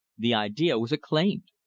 the idea was acclaimed.